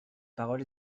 parole